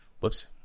Whoops